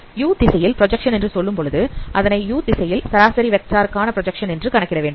u திசையில் projection என்று சொல்லும்போது அதனை u திசையில் சராசரி வெக்டார் கான பிராஜக்சன் என கணக்கிட வேண்டும்